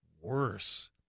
worse